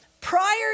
prior